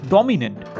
Dominant